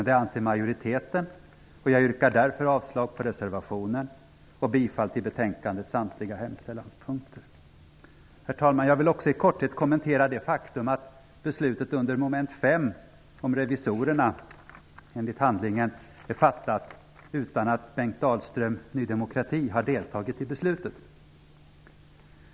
Det anser majoriteten, och jag yrkar därför avslag på reservationen och bifall till betänkandets samtliga hemställanspunkter. Herr talman! Jag vill också i korthet kommentera det faktum att beslutet om revisorerna under mom. 5 enligt handlingen är fattat utan Bengt Dalström från Ny demokrati har deltagit i beslutet.